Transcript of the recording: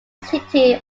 city